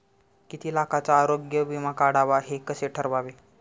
किती लाखाचा आरोग्य विमा काढावा हे कसे ठरवावे?